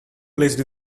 placed